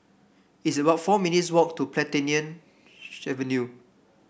it's about four minutes' walk to Plantation Avenue